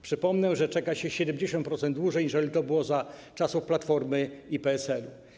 Przypomnę, że czeka się 70% dłużej, aniżeli to było za czasów Platformy i PSL.